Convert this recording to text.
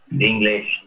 English